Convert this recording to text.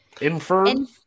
Infirm